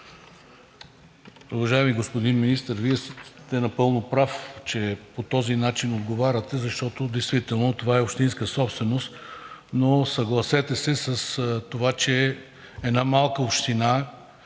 Уважаеми господин Министър, Вие сте напълно прав, че по този начин отговаряте, защото действително това е общинска собственост, но съгласете се с това, че една малка община,